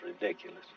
ridiculous